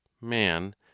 man